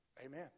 Amen